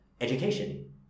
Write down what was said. education